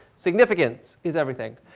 significance is everything,